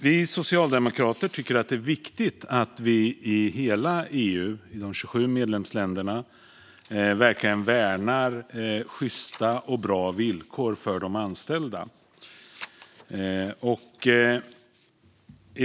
Vi socialdemokrater tycker att det är viktigt att vi i alla EU:s 27 medlemsländer verkligen värnar sjysta och bra villkor för de anställda.